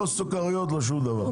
לא סוכריות ולא שום דבר.